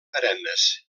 perennes